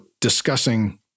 discussing